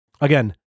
Again